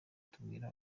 tubwira